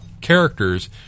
characters